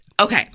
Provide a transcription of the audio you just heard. Okay